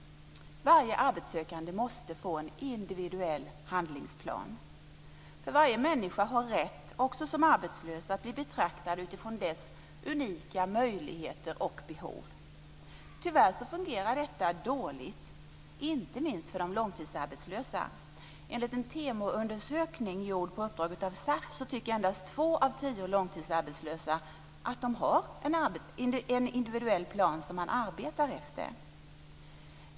Varje arbetssökande måste få en individuell handlingsplan, för varje människa - också som arbetslös - har rätt att bli betraktad utifrån sina unika möjligheter och behov. Tyvärr fungerar detta dåligt, inte minst för de långtidsarbetslösa. Enligt en TEMO-undersökning gjord på uppdrag av SAF tycker endast två av tio långtidsarbetslösa att de har en individuell plan som man arbetar efter.